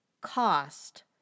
cost